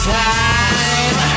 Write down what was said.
time